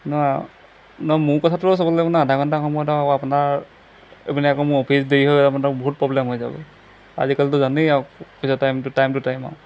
ন ন মোৰ কথাটো চাব লাগিব ন আধা ঘণ্টা সময়ত আৰু আপোনাৰ মানে আকৌ মোৰ অফিচ দেৰি হৈ আপোনাৰ বহুত প্ৰব্লেম হৈ যাব আজিকালিতো জানেই আৰু পইচা টাইমটো টাইম টু টাইম আৰু